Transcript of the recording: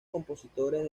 compositores